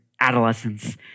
adolescence